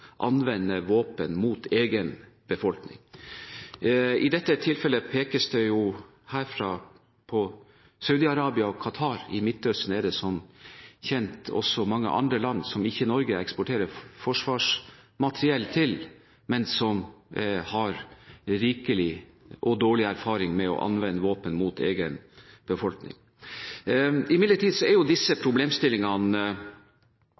dette tilfellet pekes det på Saudi-Arabia og Qatar. I Midtøsten er det som kjent også mange andre land som Norge ikke eksporterer forsvarsmateriell til, men som har rikelig og dårlig erfaring med å anvende våpen mot egen befolkning. Imidlertid er disse problemstillingene tatt hånd om i den nye, formaliserte sjekklisten, som for øvrig er